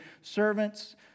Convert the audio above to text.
servants